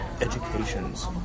educations